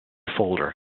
folder